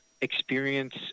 experience